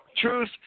truth